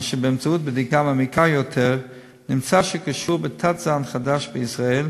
אשר באמצעות בדיקה מעמיקה יותר נמצא קשור בתת-זן חדש בישראל,